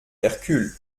hercule